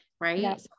right